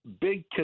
big